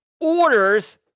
orders